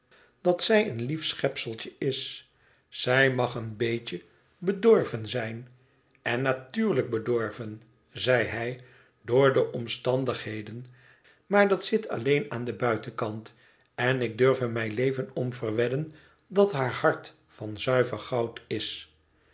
dat zij een lief schepseltje is zij mag een beetje bedorven zijn en natuurlijk bedorven zei hij door de omstandigheden maar dat zit alleen aan den buitenkant en ik durf er mijn leven op verwedden dat haar hart van zuiver goud is